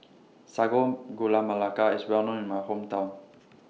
Sago Gula Melaka IS Well known in My Hometown